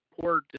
poor